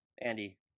Andy